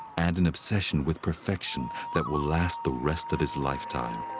and an obsession with perfection that will last the rest of his lifetime.